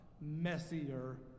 messier